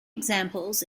examples